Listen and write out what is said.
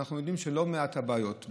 אנחנו יודעים שלא מעט מהבעיות,